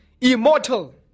immortal